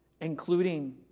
including